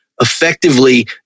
effectively